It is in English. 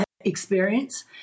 experience